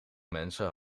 mensen